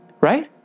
Right